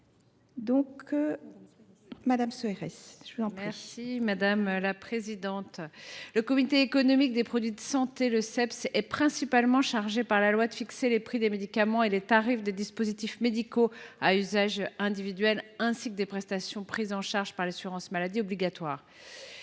: La parole est à Mme Anne Souyris. Le Comité économique des produits de santé (CEPS) est principalement chargé par la loi de fixer les prix des médicaments et les tarifs des dispositifs médicaux à usage individuel, ainsi que des prestations prises en charge par l’assurance maladie obligatoire.